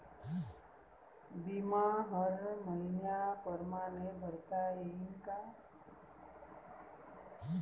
बिमा हर मइन्या परमाने भरता येऊन का?